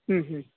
ಹ್ಞೂ ಹ್ಞೂ